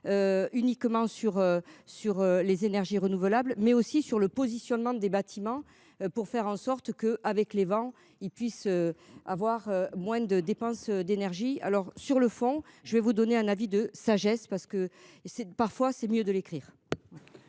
Uniquement sur sur les énergies renouvelables, mais aussi sur le positionnement des bâtiments pour faire en sorte que, avec les vents, ils puissent avoir moins de dépense d'énergie. Alors sur le fond, je vais vous donner un avis de sagesse parce que et c'est parfois c'est mieux de l'écrire.